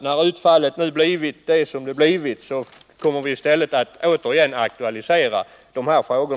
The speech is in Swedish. Vi kommer därför att vid lämpligt tillfälle åter aktualisera dessa frågor.